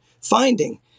finding